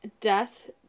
death